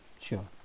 Sure